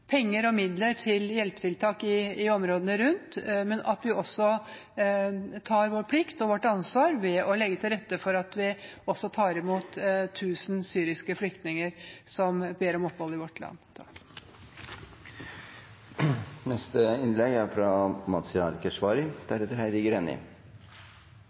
penger og midler til hjelpetiltak i områdene rundt, og at vi gjør vår plikt og tar vårt ansvar ved å legge til rette for at vi også tar imot 1 000 syriske flyktninger som ber om opphold i vårt land. Det er ingen tvil om at det er